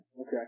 Okay